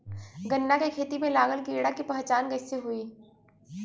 गन्ना के खेती में लागल कीड़ा के पहचान कैसे होयी?